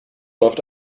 läuft